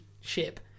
ship